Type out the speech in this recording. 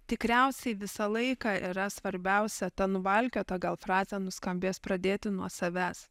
tikriausiai visą laiką yra svarbiausia ta nuvalkiota gal frazė nuskambės pradėti nuo savęs